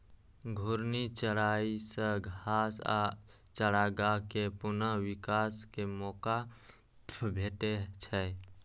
घूर्णी चराइ सं घास आ चारागाह कें पुनः विकास के मौका भेटै छै